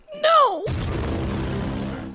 No